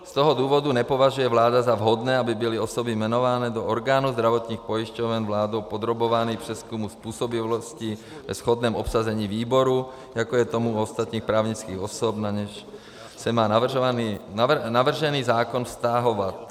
Z toho důvodu nepovažuje vláda za vhodné, aby byly osoby jmenované do orgánů zdravotních pojišťoven vládou podrobovány přezkumu způsobilosti ve shodném obsazení výboru, jako je tomu u ostatních právnických osob, na něž se má navržený zákon vztahovat.